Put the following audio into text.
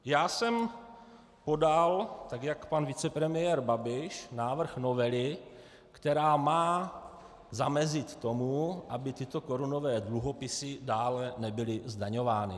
Já jsem podal, tak jak pan vicepremiér Babiš, návrh novely, která má zamezit tomu, aby tyto korunové dluhopisy dále nebyly zdaňovány.